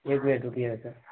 ایک منٹ رکیے گا سر